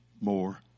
more